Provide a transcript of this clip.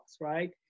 right